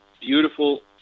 beautiful